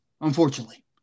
unfortunately